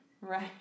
Right